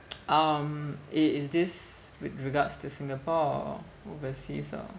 um i~ is this with regards to Singapore or overseas or